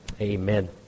Amen